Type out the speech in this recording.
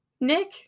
Nick